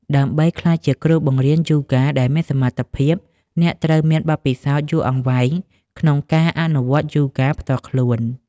ដើម្បីក្លាយជាគ្រូបង្រៀនយូហ្គាដែលមានសមត្ថភាព អ្នកត្រូវមាន បទពិសោធន៍យូរអង្វែងក្នុងការអនុវត្តយូហ្គាផ្ទាល់ខ្លួន។